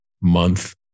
month